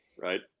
Right